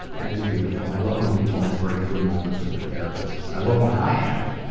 that is beautiful. i love when people have breakthrough moments with their therapists. i love when i have.